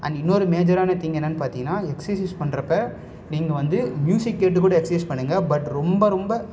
and இன்னொரு மேஜரான thing என்னன்னு பார்த்திங்கன்னா எக்ஸசைஸ் பண்றப்போ நீங்கள் வந்து மியூசிக் கேட்டு கூட எக்சைஸ் பண்ணுங்கள் பட் ரொம்ப ரொம்ப